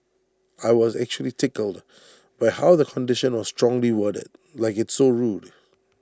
I was actually tickled by how the condition was strongly worded like it's so rude